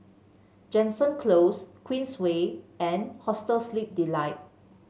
Jansen Close Queensway and Hostel Sleep Delight